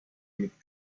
mit